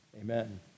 amen